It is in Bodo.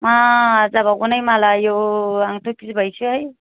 मा जाबावगोनहाय मालाय आयौ आंथ' गिबायसोहाय